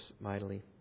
mightily